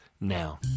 now